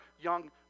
young